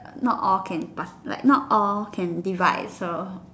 not all can part like not all can divide so